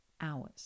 hours